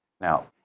Now